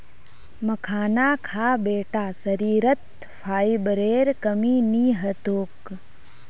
मखाना खा बेटा शरीरत फाइबरेर कमी नी ह तोक